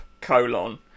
colon